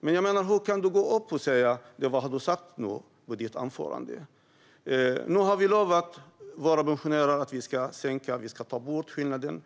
Hur kan du då gå upp och säga det du sa i ditt anförande? Nu har vi lovat våra pensionärer att vi ska ta bort skillnaden.